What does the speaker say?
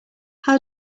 how